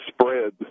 spread